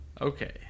Okay